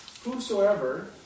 Whosoever